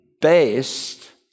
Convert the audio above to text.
based